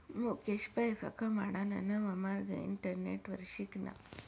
मुकेश पैसा कमाडाना नवा मार्ग इंटरनेटवर शिकना